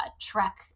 trek